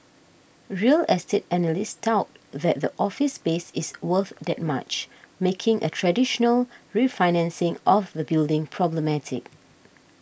real estate analysts doubt that the office space is worth that much making a traditional refinancing of the building problematic